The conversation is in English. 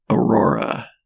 Aurora